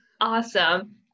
awesome